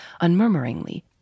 unmurmuringly